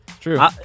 True